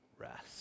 rest